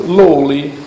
lowly